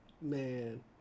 Man